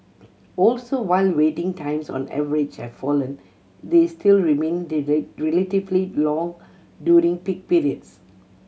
also while waiting times on average have fallen they still remain the relatively long during peak periods